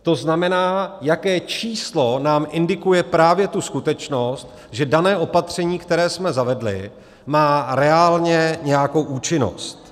To znamená, jaké číslo nám indikuje právě tu skutečnost, že dané opatření, které jsme zavedli, má reálně nějakou účinnost.